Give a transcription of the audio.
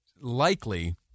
likely